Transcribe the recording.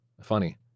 Funny